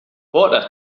what